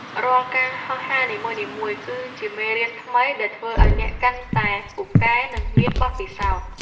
រាល់ការហោះហើរនីមួយៗគឺជាមេរៀនថ្មីដែលធ្វើឱ្យអ្នកកាន់តែពូកែ និងមានបទពិសោធន៍។